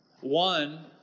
One